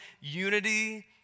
unity